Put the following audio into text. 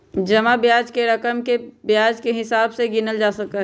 जमा ब्याज के रकम के ब्याज के हिसाब से गिनल जा सका हई